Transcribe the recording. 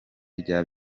rya